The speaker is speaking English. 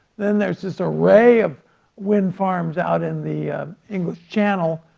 then there's this array of wind farms out in the english channel,